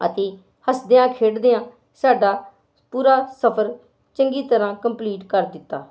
ਅਤੇ ਹੱਸਦਿਆਂ ਖੇਡਦਿਆਂ ਸਾਡਾ ਪੂਰਾ ਸਫਰ ਚੰਗੀ ਤਰ੍ਹਾਂ ਕੰਪਲੀਟ ਕਰ ਦਿੱਤਾ